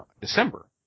December